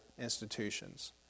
institutions